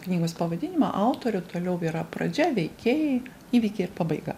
knygos pavadinimą autorių toliau yra pradžia veikėjai įvykiai ir pabaiga